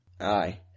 aye